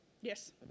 Yes